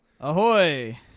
Ahoy